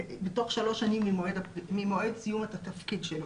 בתוך שלוש שנים ממועד סיום התפקיד שלו.